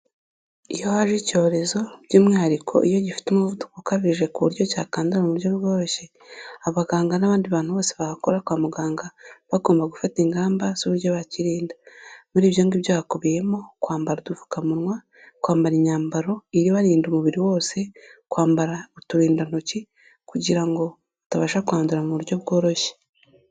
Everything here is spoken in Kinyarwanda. Iyo haje icyorezo by'umwihariko iyo gifite umuvuduko ukabije ku buryo cyakandura mu buryo bworoshye, abaganga n'abandi bantu bose bahakora (kwa muganga), baba bagomba gufata ingamba z'uburyo bakirinda, muri ibyo ngibyo hakubiyemo: kwambara udupfukamunwa, kwambara imyambaro ibarinda umubiri wose, kwambara uturindantoki kugira ngo batabasha kwandura mu buryo bworoshye.